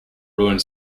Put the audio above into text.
ruined